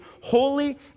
holy